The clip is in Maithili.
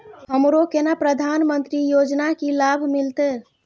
हमरो केना प्रधानमंत्री योजना की लाभ मिलते?